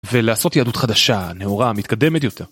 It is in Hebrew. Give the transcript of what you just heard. ולעשות יהדות חדשה, נאורה, מתקדמת יותר.